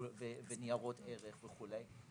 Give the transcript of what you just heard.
ניירות ערך וכולי.